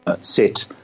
set